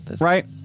right